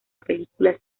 películas